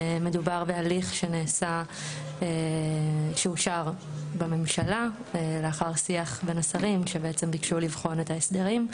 מדובר בהליך שאושר בממשלה לאחר שיח בין השרים שביקשו לבחון את ההסדרים.